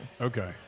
Okay